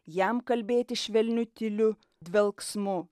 jam kalbėti švelniu tyliu dvelksmu